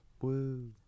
Woo